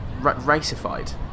racified